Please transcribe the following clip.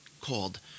called